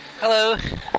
hello